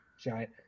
giant